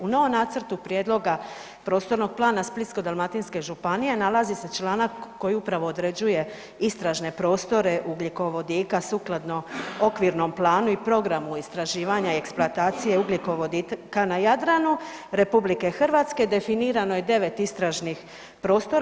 U novom nacrtu prijedloga prostornog plana Splitsko-dalmatinske županije nalazi se članak koji upravo određuje istražne prostore ugljikovodika sukladno okvirnom planu i programu istraživanja i eksploatacije ugljikovodika na Jadranu RH definirano je 9 istražnih prostora.